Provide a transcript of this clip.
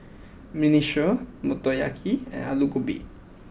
Minestrone Motoyaki and Alu Gobi